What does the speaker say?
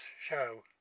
show